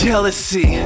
Jealousy